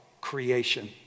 creation